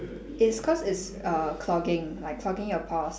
it's cause it's err clogging like clogging your pores